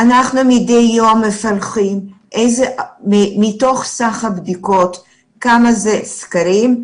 מדי יום אנחנו מפלחים מתוך סך הבדיקות כמה זה סקרים,